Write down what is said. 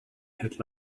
had